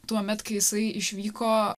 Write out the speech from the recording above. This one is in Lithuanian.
tuomet kai jisai išvyko